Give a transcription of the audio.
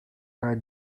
kaj